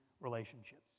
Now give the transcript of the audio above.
relationships